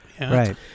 Right